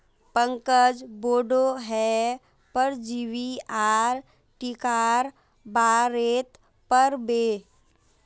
पंकज बोडो हय परजीवी आर टीकार बारेत पढ़ बे